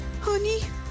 Honey